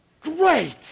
Great